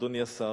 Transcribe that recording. אדוני השר,